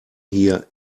hier